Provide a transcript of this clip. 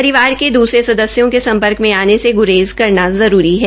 शरिवार के दूसरे सदस्यों क सम्शर्क में आने से ग्रेज़ करना जरूरी है